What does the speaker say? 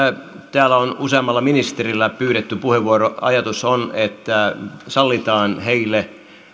täällä on useammalla ministerillä pyydetty puheenvuoro ajatus on että sallitaan heille